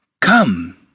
Come